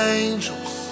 angels